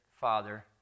father